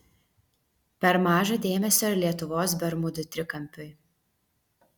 per maža dėmesio ir lietuvos bermudų trikampiui